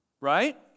Right